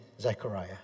Zechariah